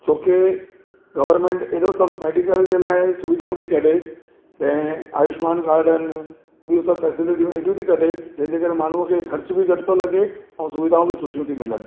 छोके गवर्नमेंट एॾो सभु मेडिकल जे लाइ सुविधाऊं थी कढे बैं आयुष्मान काड आहिनि बियूं सब फैसलीटियूं एॾियूं थी कढे जंहिजे करे माण्हूअ खे ख़र्च बि घटि थो लॻे ऐं सुविधाऊं बि सुठियूं थी मिलनि